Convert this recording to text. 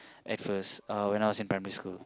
at first uh when I was in primary school